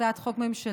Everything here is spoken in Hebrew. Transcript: הצעת חוק ממשלתית